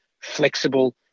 flexible